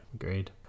agreed